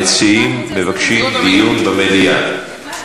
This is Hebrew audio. המציעים מבקשים דיון במליאה.